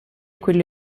quello